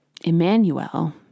Emmanuel